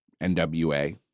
NWA